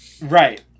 Right